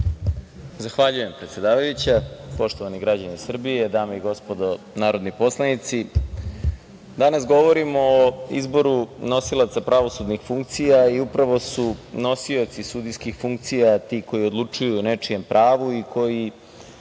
Zahvaljujem, predsedavajuća. Poštovani građani Srbije, dame i gospodo narodni poslanici, danas govorimo o izboru nosilaca pravosudnih funkcija. Upravo su nosioci sudijskih funkcija ti koji odlučuju o nečijem pravu i koji